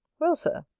well, sir,